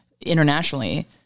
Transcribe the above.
internationally